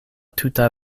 tuta